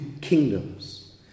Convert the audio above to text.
kingdoms